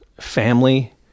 family